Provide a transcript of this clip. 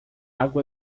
água